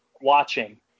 watching